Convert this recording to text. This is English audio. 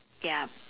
ya